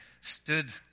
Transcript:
stood